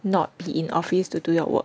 not be in office to do your work